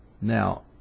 Now